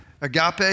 agape